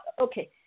Okay